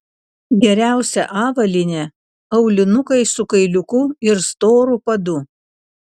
geriausia avalynė aulinukai su kailiuku ir storu padu